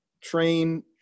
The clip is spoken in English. train